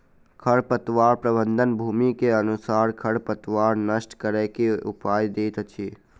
खरपतवार प्रबंधन, भूमि के अनुसारे खरपतवार नष्ट करै के उपाय दैत अछि